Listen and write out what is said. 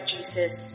Jesus